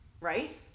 Right